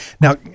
Now